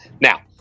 Now